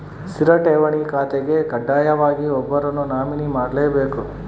ಸ್ಥಿರ ಠೇವಣಿ ಖಾತೆಗೆ ಕಡ್ಡಾಯವಾಗಿ ಒಬ್ಬರನ್ನು ನಾಮಿನಿ ಮಾಡ್ಲೆಬೇಕ್